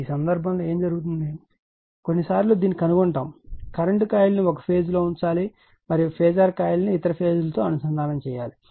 ఈ సందర్భంలో ఏమి జరుగుతుంది కొన్నిసార్లు దీనిని కనుగొంటాము కరెంట్ కాయిల్ను ఒక ఫేజ్ లో ఉంచాలి మరియు ఫేజార్ కాయిల్ను ఇతర ఫేజ్ లతో అనుసంధానించాలి